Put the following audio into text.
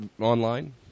online